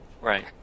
Right